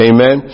Amen